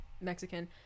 mexican